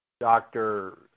Doctor